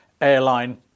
Airline